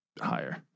higher